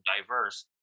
diverse